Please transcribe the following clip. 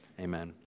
Amen